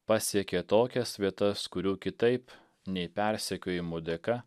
pasiekė tokias vietas kurių kitaip nei persekiojimų dėka